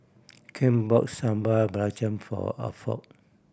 Ken bought Sambal Belacan for Alford